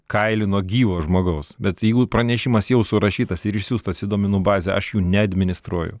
kailį nuo gyvo žmogaus bet jeigu pranešimas jau surašytas ir išsiųstas į duomenų bazę aš jų neadministruoju